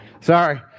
Sorry